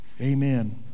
amen